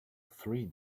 three